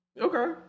Okay